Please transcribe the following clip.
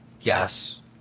Yes